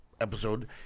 episode